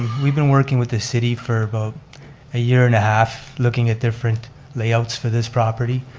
we've been working with the city for about a year and a half looking at different layouts for this property.